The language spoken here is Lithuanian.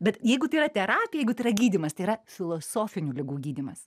bet jeigu tai yra terapija jeigu tai yra gydymas tai yra filosofinių ligų gydymas